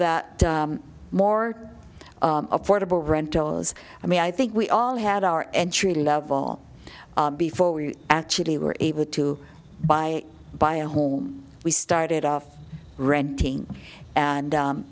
the more affordable rentals i mean i think we all had our entry level before we actually were able to buy buy a home we started of renting and